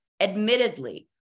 admittedly